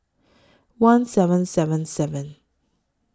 one seven seven seven